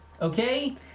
Okay